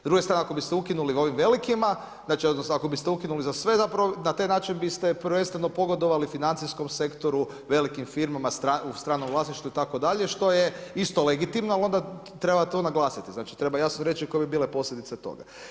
S druge strane ako biste ukinuli ovim velikima, znači ako biste ukinuli za sve, na taj način biste prvenstveno pogodovali financijskom sektoru, velikim firmama u stranom vlasništvu itd., što je isto legitimno ali onda treba to naglasiti, znači treba jasno reći koje bi bile posljedice toga.